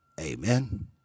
Amen